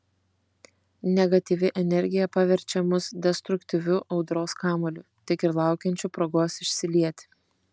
negatyvi energija paverčia mus destruktyviu audros kamuoliu tik ir laukiančiu progos išsilieti